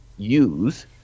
Use